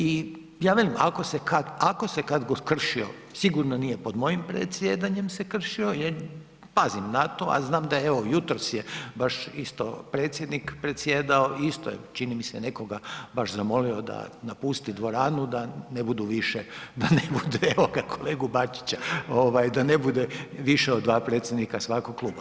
I ja velim, ako se kad god kršio sigurno nije pod mojim predsjedanjem se kršio jer pazim na to, a znam da evo jutros je baš isto predsjednik predsjedao i isto je čini mi se nekoga baš zamolio da napusti dvorani, da ne bude više, da ne bude evo kolegu Bačića da ne bude više od dva predstavnika svakog kluba.